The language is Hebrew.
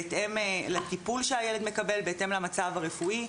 בהתאם לטיפול שהילד מקבל והמצב הרפואי.